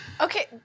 Okay